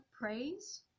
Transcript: praise